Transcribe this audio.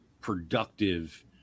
productive